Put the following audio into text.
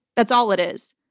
that's all it is.